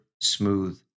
smooth